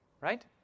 right